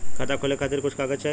खाता खोले के खातिर कुछ कागज चाही?